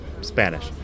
Spanish